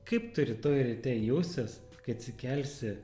kaip tu rytoj ryte jausies kai atsikelsi